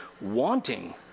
wanting